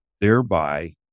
thereby